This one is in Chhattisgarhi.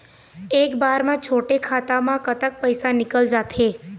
एक बार म छोटे खाता म कतक पैसा निकल जाथे?